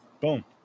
Boom